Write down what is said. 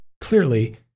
Clearly